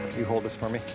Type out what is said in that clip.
you hold this for me.